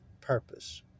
purpose